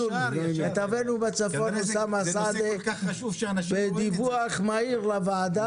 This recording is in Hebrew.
כתבנו בצפון אוסמה סעדי בדיווח מהיר לוועדה.